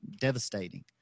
devastating